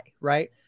right